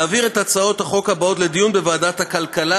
להעביר את הצעות החוק הבאות לדיון בוועדת הכלכלה,